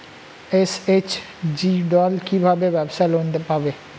SHG দল কী ভাবে ব্যাবসা লোন পাবে?